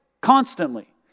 constantly